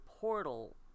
portal